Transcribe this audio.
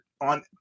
on